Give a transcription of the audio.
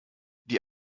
die